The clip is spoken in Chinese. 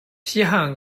西汉